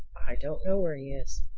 i don't know where he is.